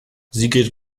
sigrid